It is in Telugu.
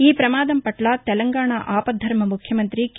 ఈ ప్రమాదం పట్ల తెలంగాణ ఆపద్దర్మ ముఖ్యమంతి కె